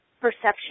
perception